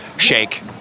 Shake